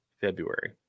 February